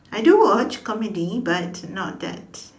I do watch comedy but not that